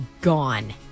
gone